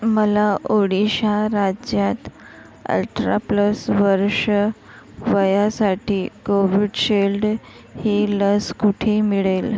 मला ओडिशा राज्यात अठरा प्लस वर्ष वयासाठी कोविडशिल्ड ही लस कुठे मिळेल